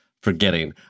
forgetting